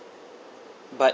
but